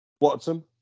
Watson